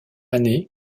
année